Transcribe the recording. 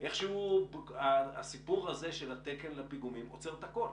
איכשהו הסיפור הזה של התקן לפיגומים עוצר את הכול.